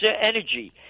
Energy